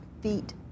feet